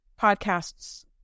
Podcasts